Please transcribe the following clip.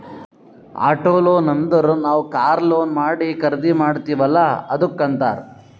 auto loan ಅಂದುರ್ ನಾವ್ car loan ಮಾಡಿ ಖರ್ದಿ ಮಾಡ್ತಿವಿ ಅಲ್ಲಾ ಅದ್ದುಕ್ ಅಂತ್ತಾರ್